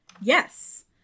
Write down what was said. yes